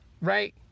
right